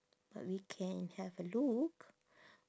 but we can have a look